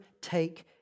take